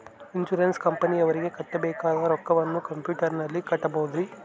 Insurance ಕಂಪನಿಯವರಿಗೆ ಕಟ್ಟಬೇಕಾದ ರೊಕ್ಕವನ್ನು ಕಂಪ್ಯೂಟರನಲ್ಲಿ ಕಟ್ಟಬಹುದ್ರಿ?